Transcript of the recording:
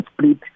split